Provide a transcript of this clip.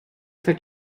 for